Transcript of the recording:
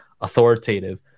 authoritative